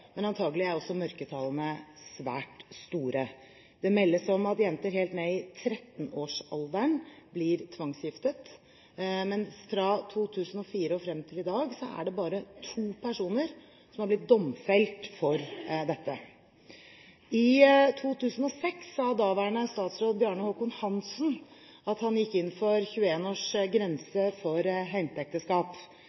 men antakelig er mørketallene svært store. Det meldes om at jenter helt ned i 13-årsalderen blir tvangsgiftet, men fra 2004 og frem til i dag er bare to personer domfelt for dette. I 2006 sa daværende statsråd Bjarne Håkon Hanssen at han gikk inn for